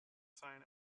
sign